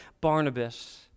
Barnabas